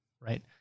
right